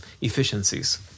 efficiencies